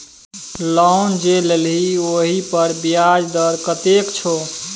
loan जे लेलही ओहिपर ब्याज दर कतेक छौ